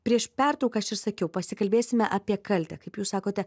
prieš pertrauką aš išsakiau pasikalbėsime apie kaltę kaip jūs sakote